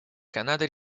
канада